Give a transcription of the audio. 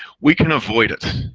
we can avoid it.